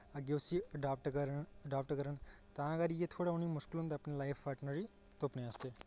अग्गें उस्सी अडाप्ट करन अडाप्ट करन तां करियै थोह्ड़ा उनें ई मुश्कल होंदा अपना लाइफ पार्टनर ई तुप्पने आस्तै